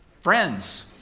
friends